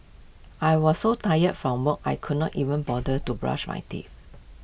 I was so tired from work I could not even bother to brush my teeth